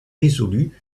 résolue